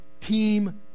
team